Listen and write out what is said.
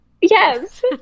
yes